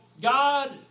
God